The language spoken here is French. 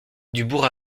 dubourg